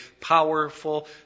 powerful